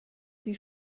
die